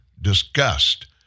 disgust